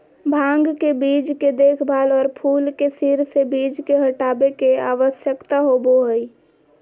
भांग के बीज के देखभाल, और फूल के सिर से बीज के हटाबे के, आवश्यकता होबो हइ